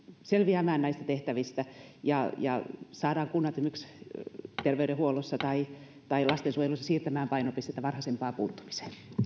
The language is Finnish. selviämään näistä tehtävistä ja ja saadaan kunnat esimerkiksi terveydenhuollossa tai lastensuojelussa siirtämään painopistettä varhaisempaan puuttumiseen